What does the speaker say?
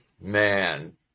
Man